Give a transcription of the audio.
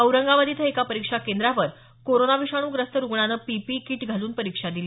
औरंगाबाद इथं एका परीक्षा केंद्रावर कोरोना विषाणू ग्रस्त रुग्णानं पीपीई कीट घालून परीक्षा दिली